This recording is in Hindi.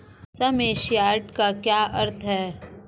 सम एश्योर्ड का क्या अर्थ है?